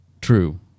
true